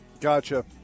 Gotcha